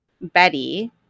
Betty